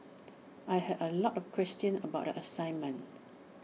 I had A lot of questions about the assignment